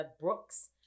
Brooks